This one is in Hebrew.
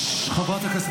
--- חברת הכנסת